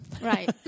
Right